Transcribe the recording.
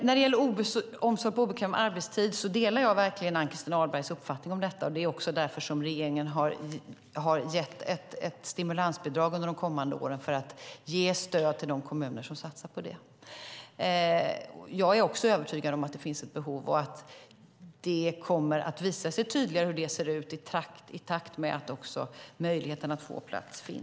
När det gäller barnomsorg på obekväm arbetstid delar jag verkligen Ann-Christin Ahlbergs uppfattning. Det är också därför som regeringen ger ett stimulansbidrag under de kommande åren till de kommuner som satsar på det. Jag är också övertygad om att det finns ett behov och att det kommer att visa sig tydligare hur det ser ut i takt med att det finns möjlighet att få plats.